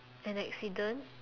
an accident